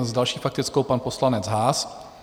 S další faktickou pan poslanec Haas.